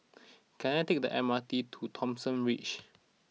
can I take the M R T to Thomson Ridge